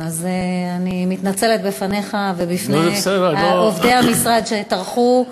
אני מתנצלת בפניך ובפני עובדי המשרד שטרחו.